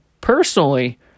personally